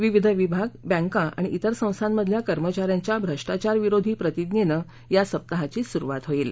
विविध विभाग बँका आणि तेर संस्थांमधल्या कर्मचा यांच्या भ्रष्टाचारविरोधी प्रतिज्ञेने या सप्ताहाची सुरूवात होईल